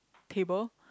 table